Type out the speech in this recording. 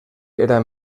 era